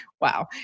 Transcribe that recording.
wow